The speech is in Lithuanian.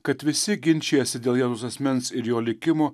kad visi ginčijasi dėl jėzaus asmens ir jo likimo